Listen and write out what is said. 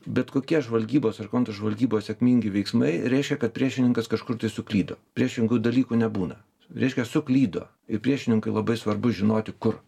bet kokie žvalgybos ar kontržvalgybos sėkmingi veiksmai reiškia kad priešininkas kažkur tai suklydo priešingų dalykų nebūna reiškia suklydo ir priešininkui labai svarbu žinoti kur